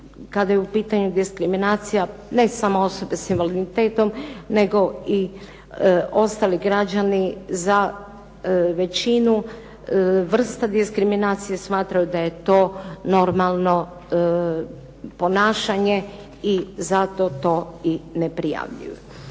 kada je u pitanju diskriminacija ne samo osobe s invaliditetom nego i ostali građani za većinu vrsta diskriminacije smatraju da je to normalno ponašanje i zato to i ne prijavljuju.